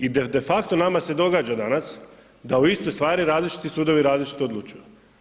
I de facto nama se događa danas da u istoj stvari različiti sudovi različito odlučuju.